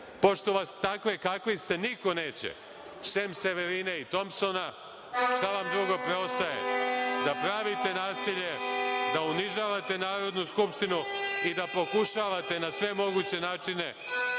pošto vas takve kakvi ste niko neće, sem Severine i Tompsona, šta vam drugo preostaje, da pravite nasilje, da unižavate Narodnu skupštinu i da pokušavate na sve moguće načine